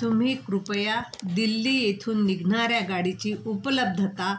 तुम्ही कृपया दिल्ली येथून निघणाऱ्या गाडीची उपलब्धता